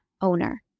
owner